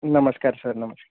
नमस्कार सर नमस